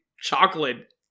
chocolate